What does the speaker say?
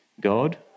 God